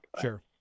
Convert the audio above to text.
Sure